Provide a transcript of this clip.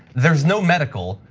there's no medical.